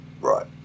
Right